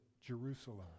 Jerusalem